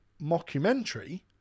mockumentary